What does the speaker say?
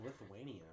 Lithuania